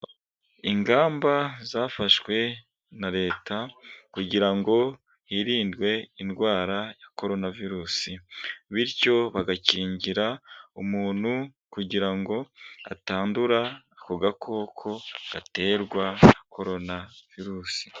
Ingamba zafashwe na leta kugira ngo hirindwe indwara ya coronavirus, bityo bagakingira umuntu kugira ngo atandura ako gakoko gaterwa na coronavirus.